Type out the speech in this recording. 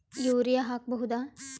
Urea ಹಾಕ್ ಬಹುದ?